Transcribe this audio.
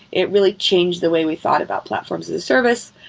it really changed the way we thought about platforms as a service.